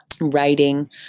writing